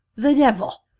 the devil!